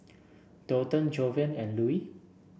Daulton Jovan and Lue